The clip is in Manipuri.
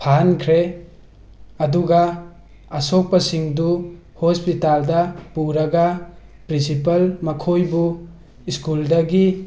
ꯐꯥꯍꯟꯈ꯭ꯔꯦ ꯑꯗꯨꯒ ꯑꯁꯣꯛꯄꯁꯤꯡꯗꯨ ꯍꯣꯁꯄꯤꯇꯥꯜꯗ ꯄꯨꯔꯒ ꯄ꯭ꯔꯤꯟꯁꯤꯄꯜꯅ ꯃꯈꯣꯏꯕꯨ ꯁ꯭ꯀꯨꯜꯗꯒꯤ